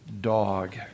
dog